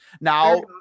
Now